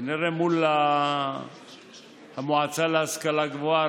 זה כנראה מול המועצה להשכלה גבוהה,